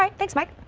um thanks mike.